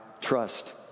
trust